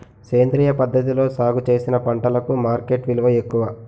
సేంద్రియ పద్ధతిలో సాగు చేసిన పంటలకు మార్కెట్ విలువ ఎక్కువ